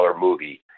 movie